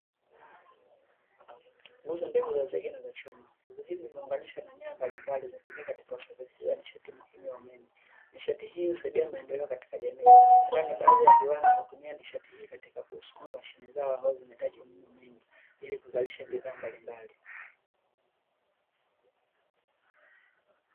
Nguzo ndefu za zege na chuma. Nguzo hizi zimeunganishwa na nyaya mbalimbali zinazotumika katika kusafirisha nishati ya umeme. Nishati hii husaidia maendeleo katika jamii, kwani baadhi ya viwanda hutumia nishati hii katika kusukuma mashine zao ambazo zinahitaji umeme mwingi ili kuzalisha bidhaa mbalimbali.